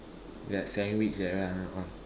that sandwich that one ah all